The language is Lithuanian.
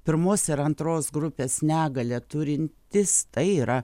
pirmos ir antros grupės negalią turintys tai yra